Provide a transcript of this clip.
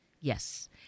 Yes